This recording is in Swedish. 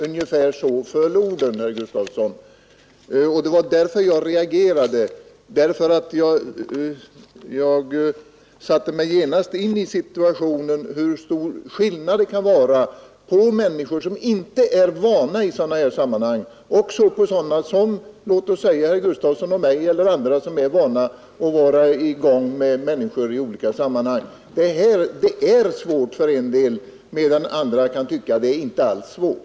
Ungefär så föll orden, herr Gustavsson, och det var därför jag reagerade. Jag tänkte genast på hur stor skillnad det kan vara på människor som inte är vana vid sådana sammanhang och sådana som låt oss säga herr Gustavsson, jag själv och andra, som är vana vid att vara tillsammans med människor i olika sammanhang. Detta är svårt för en del medan andra kan tycka att det inte alls är svårt.